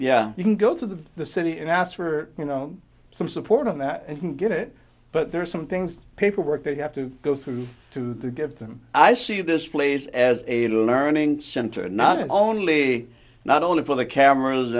yeah you can go to the city and ask for you know some support on that and get it but there are some things paperwork they have to go through to the get them i see this place as a learning center not only not only for the cameras